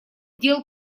дел